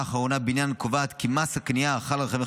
האחרונה בעניין קובעת כי מס הקנייה החל על רכבים